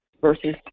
versus